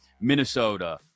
Minnesota